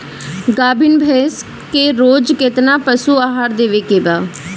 गाभीन भैंस के रोज कितना पशु आहार देवे के बा?